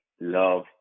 love